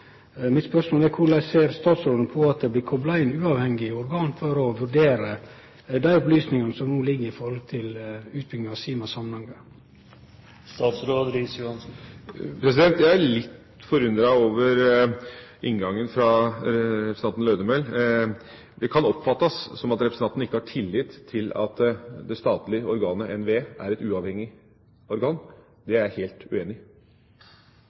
Mitt spørsmål er: Korleis ser statsråden på at det blir kopla inn uavhengige organ for å vurdere dei opplysningane som no ligg inne om utbygginga av Sima–Samnanger? Jeg er litt forundret over inngangen til spørsmålet fra representanten Lødemel. Det kan oppfattes som om representanten ikke har tillit til at det statlige organet, NVE, er et uavhengig organ. Det er jeg helt uenig i.